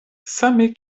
same